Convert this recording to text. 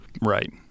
Right